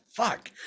fuck